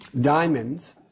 diamonds